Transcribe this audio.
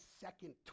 second